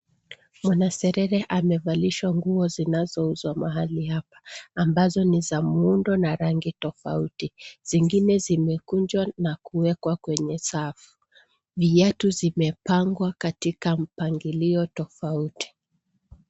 Mwanaserere amevalishwa nguo zinazouzwa mahali apa, ambazo ni za muundo na rangi tofauti. Zingine zimekunjwa na kuwekwa kwenye safu. Viatu zimepangwa katika mpangilio tofauti.